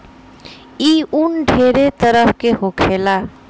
ई उन ढेरे तरह के होखेला